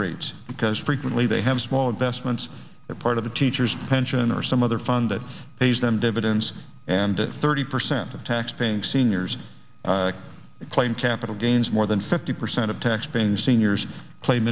rates because frequently they have small investments they're part of the teacher's pension or some other fund that pays them dividends and thirty percent of taxpaying seniors claim capital gains more than fifty percent of taxpaying seniors claim